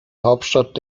hauptstadt